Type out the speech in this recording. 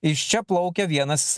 iš čia plaukia vienas